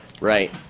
Right